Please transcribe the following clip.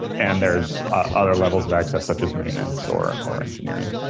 and there's other levels of access, such as maintenance or or engineering.